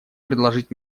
предложить